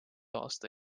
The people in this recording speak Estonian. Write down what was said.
aasta